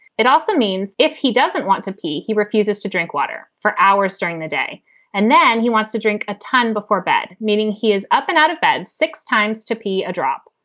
it also means if he doesn't want to pee, he refuses to drink water for hours during the day and then he wants to drink a ton before bed, meaning he is up and out of bed six times to be a drop.